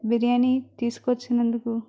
biryani తీసుకొచ్చినందుకు